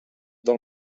del